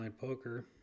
poker